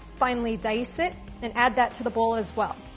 finely dice it and add that to the bowl, as well.